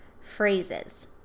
phrases